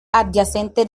adyacente